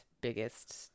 biggest